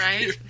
Right